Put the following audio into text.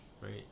right